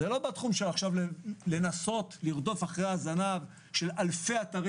זה לא בתחום שלו לנסות לרדוף אחרי הזנב של אלפי אתרי